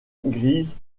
grise